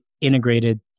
integrated